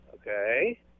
Okay